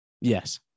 Yes